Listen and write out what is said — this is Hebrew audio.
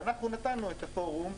ואנחנו נתנו את הפורום,